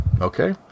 Okay